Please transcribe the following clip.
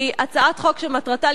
הצעת החוק הזאת,